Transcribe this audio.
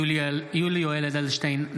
(קורא בשם חבר הכנסת) יולי יואל אדלשטיין,